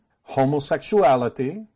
homosexuality